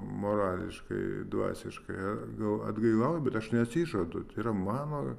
morališkai dvasiškai gal atgailauju bet aš neatsižadu tai yra mano